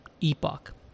epoch